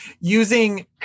using